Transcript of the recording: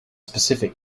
specific